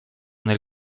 nel